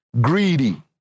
greedy